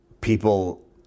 people